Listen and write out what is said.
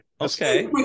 okay